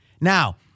Now